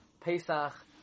Pesach